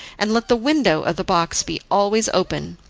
and let the window of the box be always open.